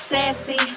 Sassy